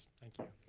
thank you.